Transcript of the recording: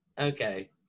Okay